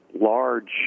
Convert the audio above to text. large